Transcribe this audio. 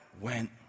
went